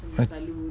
I